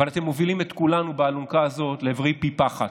אבל אתם מובילים את כולנו באלונקה הזאת לעברי פי פחת,